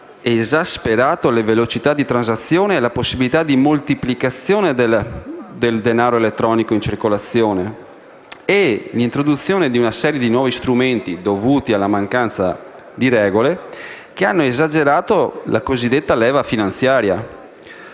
esasperato le velocità di transazione, le possibilità di moltiplicazione del denaro elettronico in circolazione e l'introduzione di una serie di nuovi strumenti dovuti alla mancanza di regole. Ciò ha esagerato la forza della cosiddetta leva finanziaria